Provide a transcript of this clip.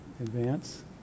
Advance